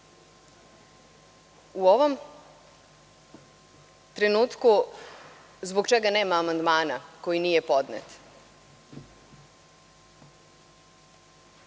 ovom trenutku zbog čega nema amandmana koji nije podnet.